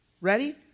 Ready